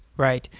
right.